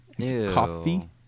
coffee